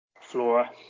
Flora